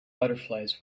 butterflies